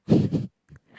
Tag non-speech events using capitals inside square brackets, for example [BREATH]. [BREATH]